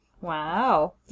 Wow